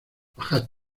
bajad